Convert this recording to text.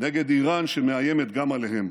נגד איראן, שמאיימת גם עליהם.